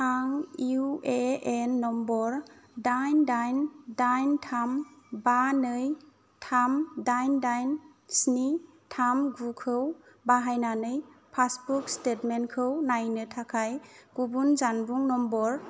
आं U A N number दाइन दाइन दाइन थाम बा नै थाम दाइन दाइन स्नि थाम गुखौ बाहायनानै पासबुक स्टेटमेन्टखौ नायनो थाखाय गुबुन जानबुं नाम्बार